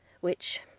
which